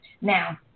Now